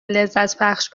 لذتبخش